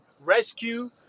rescue